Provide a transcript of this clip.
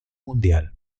mundial